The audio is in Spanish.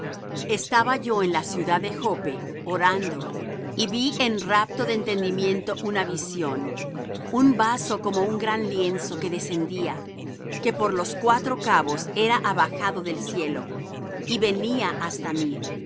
estaba yo en la ciudad de joppe orando y vi en rapto de entendimiento una visión un vaso como un gran lienzo que descendía que por los cuatro cabos era abajado del cielo y venía hasta mí